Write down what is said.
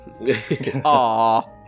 Aww